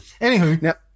Anywho